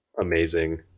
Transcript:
amazing